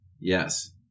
Yes